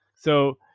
so,